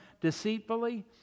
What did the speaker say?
deceitfully